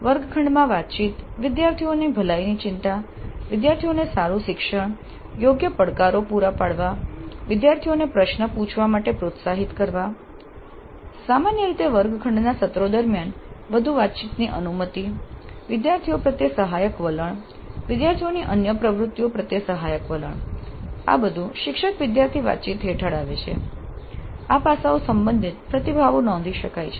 વર્ગખંડમાં વાતચીત વિદ્યાર્થીઓની ભલાઈની ચિંતા વિદ્યાર્થીઓને સારું શિક્ષણ યોગ્ય પડકારો પૂરા પાડવા વિદ્યાર્થીઓને પ્રશ્નો પૂછવા માટે પ્રોત્સાહિત કરવા સામાન્ય રીતે વર્ગખંડના સત્રો દરમિયાન વધુ વાતચીતની અનુમતિ વિદ્યાર્થીઓ પ્રત્યે સહાયક વલણ વિદ્યાર્થીઓની અન્ય પ્રવૃત્તિઓ પ્રત્યે સહાયક વલણ આ બધું શિક્ષક વિદ્યાર્થી વાતચીત હેઠળ આવે છે આ પાસાઓ સંબંધિત પ્રતિભાવો નોંધી શકાય છે